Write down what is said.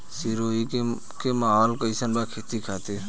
सिरोही के माहौल कईसन बा खेती खातिर?